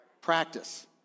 Practice